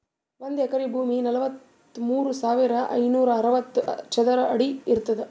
ಒಂದ್ ಎಕರಿ ಭೂಮಿ ನಲವತ್ಮೂರು ಸಾವಿರದ ಐನೂರ ಅರವತ್ತು ಚದರ ಅಡಿ ಇರ್ತದ